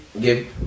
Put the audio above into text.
Give